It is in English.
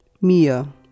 Mia